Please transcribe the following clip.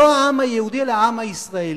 לא העם היהודי, אלא העם הישראלי.